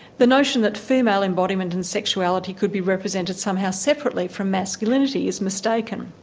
the notion that female embodiment and sexuality could be represented somehow separately from masculinity is mistaken.